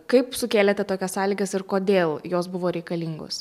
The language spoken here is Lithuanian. kaip sukėlėte tokias sąlygas ir kodėl jos buvo reikalingos